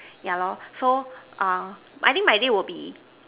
yeah loh so um I think my day will be